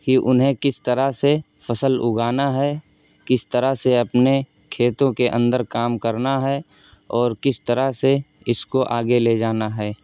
کہ انہیں کس طرح سے فصل اگانا ہے کس طرح سے اپنے کھیتوں کے اندر کام کرنا ہے اور کس طرح سے اس کو آگے لے جانا ہے